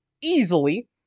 Easily